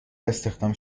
استخدام